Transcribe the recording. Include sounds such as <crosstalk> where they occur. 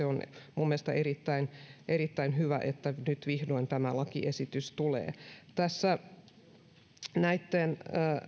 <unintelligible> on mielestäni erittäin erittäin hyvä että nyt vihdoin tämä lakiesitys tulee näitten